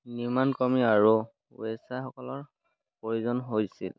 নিৰ্মাণ কৰ্মী আৰু স্বেচ্ছাসেৱকৰ প্ৰয়োজন হৈছিল